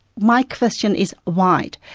my question is why?